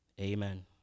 Amen